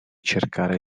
cercare